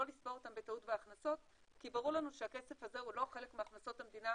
לספור אותם בטעות בהכנסות כי ברור לנו שהכסף הזה הוא לא חלק מהכנסות המדינה